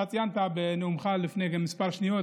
אתה ציינת בנאומך לפני כמה שניות